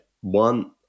one